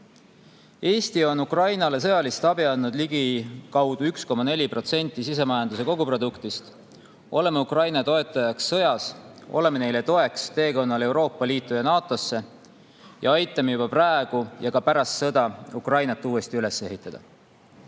Eesti on Ukrainale sõjalist abi andnud ligikaudu 1,4% sisemajanduse koguproduktist. Oleme Ukraina toetajaks sõjas, oleme neile toeks teekonnal Euroopa Liitu ja NATO-sse ning aitame juba praegu ja ka pärast sõda Ukrainat uuesti üles ehitada.